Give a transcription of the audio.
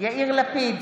יאיר לפיד,